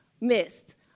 missed